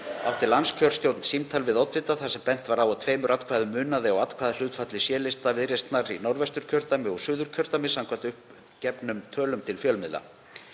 átti landskjörstjórn símtal við oddvita, þar sem bent var á að tveimur atkvæðum munaði á atkvæðahlutfalli C-lista Viðreisnar í Norðvesturkjördæmi og Suðurkjördæmi, samkvæmt uppgefnum tölum til fjölmiðla.